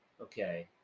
okay